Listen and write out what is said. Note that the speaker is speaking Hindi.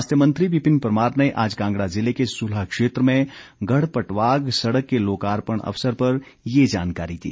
स्वास्थ्य मंत्री विपिन परमार ने आज कांगड़ा जिले के सुलह क्षेत्र में गढ़ पटवाग सड़क के लोकार्पण अवसर पर यह जानकारी दी